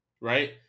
right